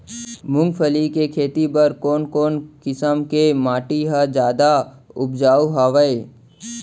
मूंगफली के खेती बर कोन कोन किसम के माटी ह जादा उपजाऊ हवये?